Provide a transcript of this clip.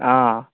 অঁ